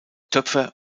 töpfer